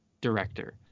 director